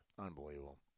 Unbelievable